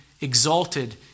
exalted